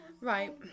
Right